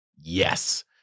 yes